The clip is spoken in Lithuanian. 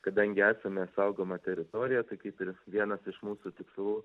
kadangi esame saugoma teritorija tai kaip ir vienas iš mūsų tikslų